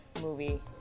movie